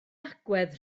agwedd